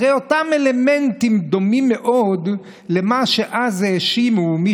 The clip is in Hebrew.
הרי אותם אלמנטים דומים מאוד למה שאז האשימו בהם,